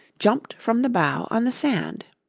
jumped from the bow on the sand.